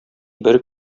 бер